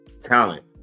talent